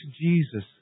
Jesus